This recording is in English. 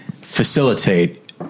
facilitate